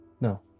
No